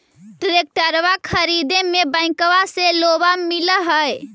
ट्रैक्टरबा खरीदे मे बैंकबा से लोंबा मिल है?